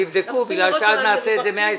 תבדקו כי אז נעשה את זה 120 יום.